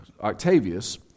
Octavius